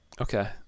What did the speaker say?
Okay